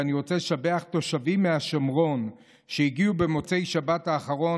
ואני רוצה לשבח תושבים מהשומרון שהגיעו במוצאי שבת האחרון